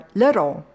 little